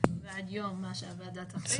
ועד יום -- מה שהוועדה תחליט.